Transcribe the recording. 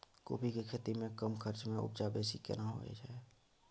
कोबी के खेती में कम खर्च में उपजा बेसी केना होय है?